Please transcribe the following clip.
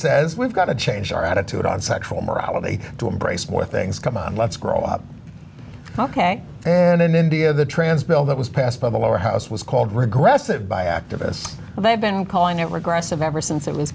says we've got to change our attitude on sexual morality to embrace more things come on let's grow up ok and in india the trans bill that was passed by the lower house it was called regressive by activists and they've been calling it regressive ever since it was